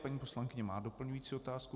Paní poslankyně má doplňující otázku.